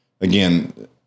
Again